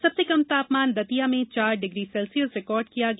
सबसे कम तापमान दतिया में चार डिग्री सेल्सियस रिकार्ड किया गया